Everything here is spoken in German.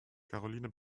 karoline